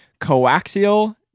Coaxial